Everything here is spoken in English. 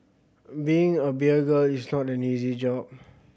being a beer girl is not an easy job